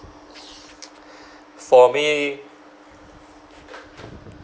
for me